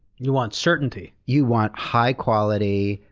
you want certainty. you want high quality,